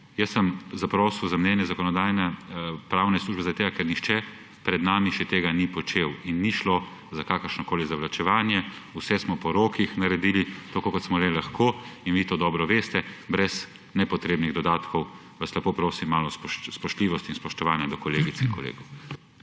Jaz sem zaprosil za mnenje Zakonodajno-pravne službe zaradi tega, ker še nihče pred nami tega ni počel, in ni šlo za kakršnokoli zavlačevanje. Vse smo po rokih naredili, tako kot smo le lahko, in vi to dobro veste, brez nepotrebnih dodatkov vas lepo prosim za malo spoštljivosti in spoštovanja do kolegic in kolegov.